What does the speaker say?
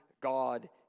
God